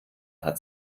hat